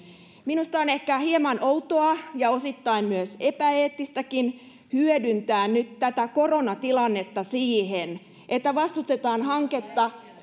minusta on ehkä hieman outoa ja osittain epäeettistäkin nyt hyödyntää tätä koronatilannetta siihen että vastustetaan hankkeita